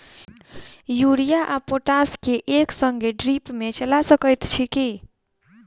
Urea आ potash केँ एक संगे ड्रिप मे चला सकैत छी की?